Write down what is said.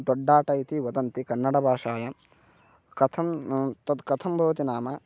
दोड्डाट इति वदन्ति कन्नडबाषायां कथं तद् कथं भवति नाम